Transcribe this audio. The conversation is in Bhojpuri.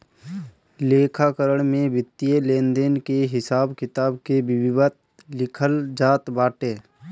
लेखाकरण में वित्तीय लेनदेन के हिसाब किताब के विधिवत लिखल जात बाटे